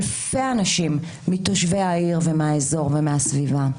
אלפי אנשים מתושבי העיר, מהאזור ומהסביבה.